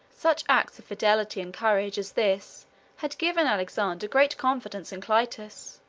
such acts of fidelity and courage as this had given alexander great confidence in clitus.